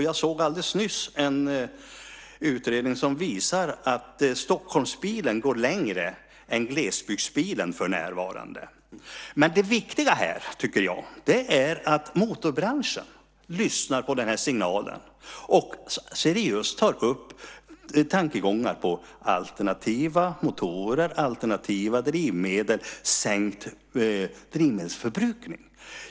Jag såg alldeles nyss en utredning som visar att Stockholmsbilen går längre än glesbygdsbilen för närvarande. Det viktiga här, tycker jag, är att motorbranschen lyssnar på den här signalen och seriöst tar upp tankegångar på alternativa motorer och drivmedel och sänkt drivmedelsförbrukning.